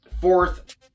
fourth